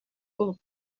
булып